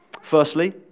Firstly